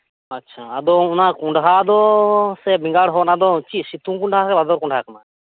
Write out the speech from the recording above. ᱟᱪᱷᱟ ᱟᱫᱚ ᱚᱱᱟ ᱠᱚᱸᱰᱦᱟ ᱫᱚ ᱥᱮ ᱵᱮᱸᱜᱟᱲ ᱦᱚᱸ ᱚᱱᱟᱫᱚ ᱪᱮᱫ ᱥᱤᱛᱩᱝ ᱠᱚᱸᱰᱦᱟ ᱥᱮ ᱵᱷᱟᱫᱚᱨ ᱠᱚᱸᱰᱦᱟ ᱠᱟᱱᱟ